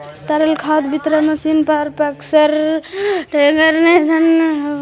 तरल खाद वितरक मशीन पअकसर टेंकर निअन होवऽ हई